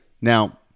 Now